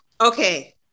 Okay